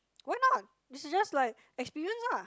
why not you should just like experience ah